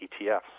ETFs